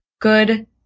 Good